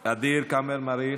ע'דיר כמאל מריח,